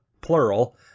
plural